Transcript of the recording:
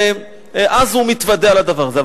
ואז הוא מתוודע לדבר הזה.